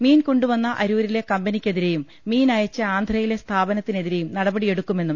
മീൻ കൊണ്ടുവന്ന അരൂരിലെ കമ്പനിക്കെ തിരെയും മീൻ അയച്ചു ആന്ധ്രയിലെ സ്ഥാപനത്തിനെതിരെയും നടപടി യെടുക്കുമെന്നും